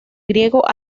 griego